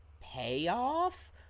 payoff